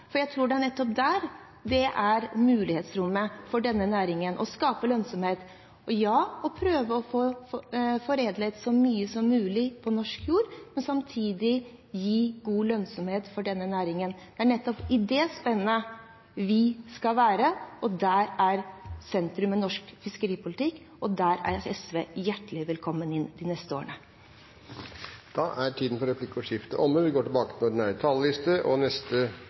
Jeg tror det er nettopp der mulighetsrommet for denne næringen til å skape lønnsomhet, er, og å prøve å få foredlet så mye som mulig på norsk jord, men samtidig gi god lønnsomhet for denne næringen. Det er nettopp i det spennet vi skal være, og der er sentrum i norsk fiskeripolitikk. Der er SV hjertelig velkommen inn de neste årene. Replikkordskiftet er omme. Senterpartiets fiskeripolitikk har som utgangspunkt at fiskeriressursene fortsatt skal eies av det norske folk i fellesskap, og